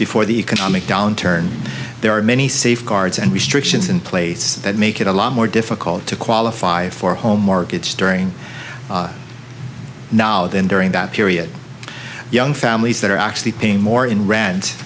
before the economic downturn there are many safeguards and restrictions in place that make it a lot more difficult to qualify for a home mortgage during now than during that period young families that are actually paying more in r